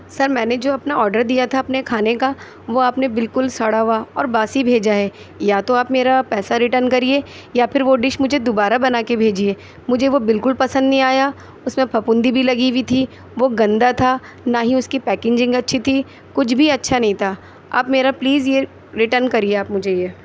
سر میں نے جو اپنا آرڈر دیا تھا اپنے کھانے کا وہ آپ نے بالکل سڑا ہوا اور باسی بھیجا ہے یا تو آپ میرا پیسہ ریٹرن کرئیے یا پھر وہ ڈش مجھے دوبارہ بنا کے بھیجئے مجھے وہ بالکل پسند نہیں آیا اس میں پھپھوندی بھی لگی ہوئی تھی وہ گندہ تھا نہ ہی اس کی پیکنگجنگ اچھی تھی کچھ بھی اچھا نہیں تھا آپ میرا پلیز یہ ریٹرن کریئے آپ مجھے یہ